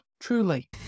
truly